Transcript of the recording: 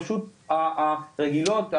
פשוט הרגילות,